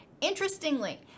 interestingly